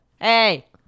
Hey